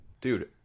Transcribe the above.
Dude